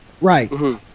Right